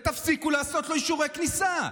ותפסיקו לעשות לו אישורי כניסה.